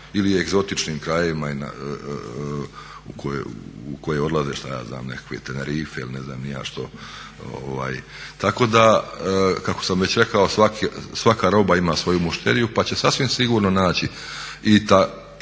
ili egzotičnim krajevima u koje odlaze, što ja znam nekakve Tenerife ili ne znam ni ja što. Tako da kako sam već rekao svaka roba ima svoju mušteriju pa će sasvim sigurno naći i takvi studio